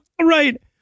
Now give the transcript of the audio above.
Right